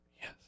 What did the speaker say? Yes